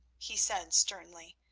he said sternly,